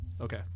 Okay